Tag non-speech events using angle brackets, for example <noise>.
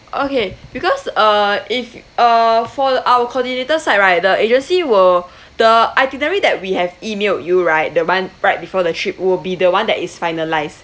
okay because uh if uh for our coordinators side right the agency will <breath> the itinerary that we have emailed you right the one right before the trip will be the one that is finalised